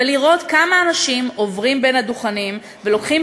ולראות כמה אנשים עוברים בין הדוכנים ולוקחים